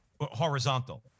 horizontal